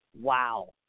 Wow